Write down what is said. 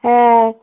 হ্যাঁ